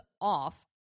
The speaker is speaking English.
off